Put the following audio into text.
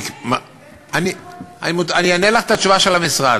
למה בעצם זה לא יורד, הנתונים של האלימות?